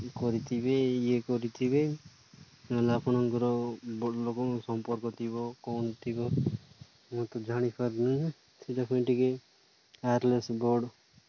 କରିଥିବେ ଇଏ କରିଥିବେ ନହେଲେ ଆପଣଙ୍କର ବଡ଼ ଲୋକଙ୍କ ସମ୍ପର୍କ ଥିବ କ'ଣ ଥିବ ମୁଁ ତ ଜାଣିପାରୁନି ସେଟା ପାଇଁ ଟିକେ ୱାୟର୍ଲେସ୍ ବଡ଼୍